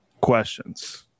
questions